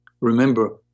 Remember